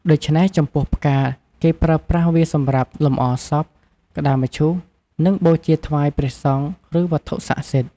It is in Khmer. ដូច្នេះ ចំពោះផ្កា គេប្រើប្រាស់វាសម្រាប់លម្អសព ក្ដារមឈូស និងបូជាថ្វាយព្រះសង្ឃ ឬវត្ថុស័ក្តិសិទ្ធិ។